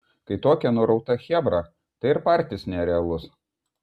kai tokia nurauta chebra tai ir partis nerealus